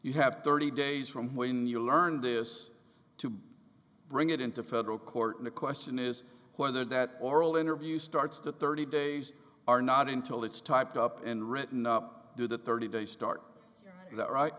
you have thirty days from when you learned this to bring it into federal court the question is whether that oral interview starts to thirty days are not until it's typed up and written up to the thirty day start that right